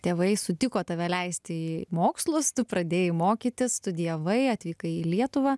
tėvai sutiko tave leisti į mokslus tu pradėjai mokytis studijavai atvykai į lietuvą